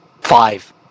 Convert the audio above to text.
Five